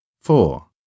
Four